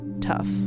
tough